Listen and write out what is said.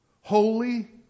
Holy